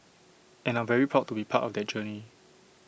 and I'm very proud to be part of that journey